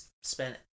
spent